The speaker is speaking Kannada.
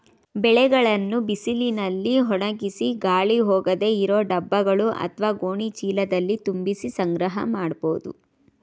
ಬೆಳೆಗಳನ್ನು ಬಿಸಿಲಿನಲ್ಲಿ ಒಣಗಿಸಿ ಗಾಳಿ ಹೋಗದೇ ಇರೋ ಡಬ್ಬಗಳು ಅತ್ವ ಗೋಣಿ ಚೀಲದಲ್ಲಿ ತುಂಬಿಸಿ ಸಂಗ್ರಹ ಮಾಡ್ಬೋದು